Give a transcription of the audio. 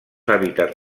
hàbitats